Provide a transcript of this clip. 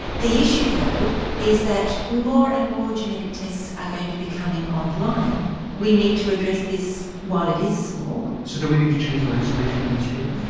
the issue though is that more and more genetic tests are going to be coming on line we need to address this while it is small. so do we need to change the legislation in australia?